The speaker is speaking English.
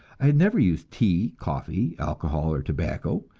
i had never used tea, coffee, alcohol or tobacco,